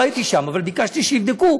לא הייתי שם, אבל ביקשתי שיבדקו.